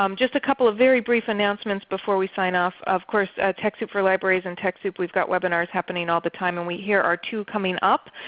um just a couple of very brief announcements before we sign off, of course at techsoup for libraries and techsoup we've got webinars happening all the time and here are two coming up.